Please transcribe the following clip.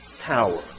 power